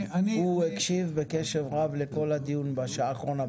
הוא הקשיב בקשב רב לכל הדיון בשעה האחרונה.